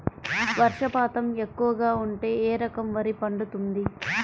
వర్షపాతం ఎక్కువగా ఉంటే ఏ రకం వరి పండుతుంది?